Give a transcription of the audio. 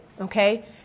okay